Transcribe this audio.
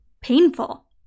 painful